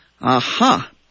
Aha